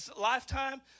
lifetime